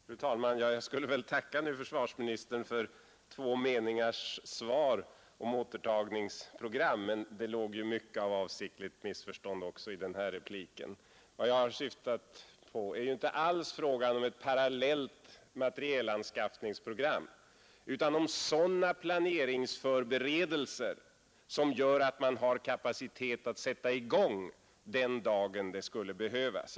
Fru talman! Jag skulle väl nu tacka försvarsministern för två meningars svar om återtagningsprogram, men det låg ju mycket av avsiktligt missförstånd också i den repliken. Vad jag har syftat på är inte alls frågan om ett parallellt materielanskaffningsprogram utan frågan om sådana planeringsförberedelser som gör att man har kapacitet att sätta i gång den dagen det skulle behövas.